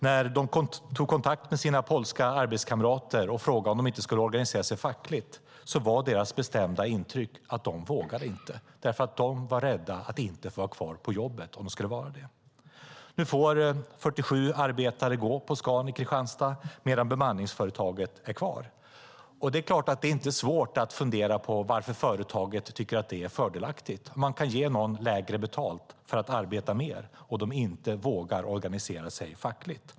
När de tog kontakt med sina polska arbetskamrater och frågade om de inte skulle organisera sig fackligt var deras bestämda intryck att de inte vågade, därför att de var rädda för att inte få vara kvar på jobbet om de skulle vara det. Nu får 47 arbetare gå från Scan i Kristianstad medan bemanningsföretaget är kvar. Och det är klart att det inte är svårt att fundera på varför företaget tycker att det är fördelaktigt om man kan ge någon lägre betalt för att arbeta mer och de inte vågar organisera sig fackligt.